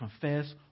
confess